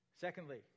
Secondly